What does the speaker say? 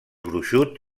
gruixut